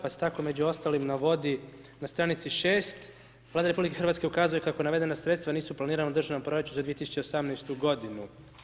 Pa se tako, među ostalim, navodi na stranici 6, Vlada RH ukazuje kako navedena sredstva nisu planirana u državnom proračunu za 2018. godinu.